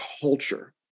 culture